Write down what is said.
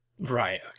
right